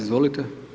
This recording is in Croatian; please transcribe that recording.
Izvolite.